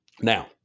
Now